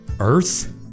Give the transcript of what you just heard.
earth